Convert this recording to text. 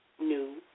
new